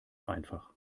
einfach